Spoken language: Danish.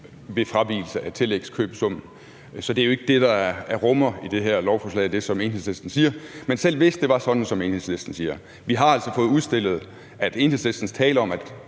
ved fravigelse af tillægskøbesummen. Så lovforslaget rummer jo ikke det, som Enhedslisten siger. Men selv hvis det var sådan, som Enhedslisten siger, så har vi altså fået udstillet, at Enhedslistens tale om, at